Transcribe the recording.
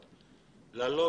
פחות ממך כמובן.